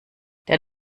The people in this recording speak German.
der